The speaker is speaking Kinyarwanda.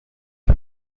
jya